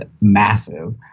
massive